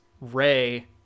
ray